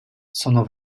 sono